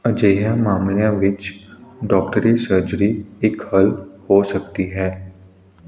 ਅਜਿਹੇ ਮਾਮਲਿਆਂ ਵਿੱਚ ਡਾਕਟਰੀ ਸਰਜਰੀ ਇੱਕ ਹੱਲ ਹੋ ਸਕਦੀ ਹੈ